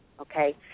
Okay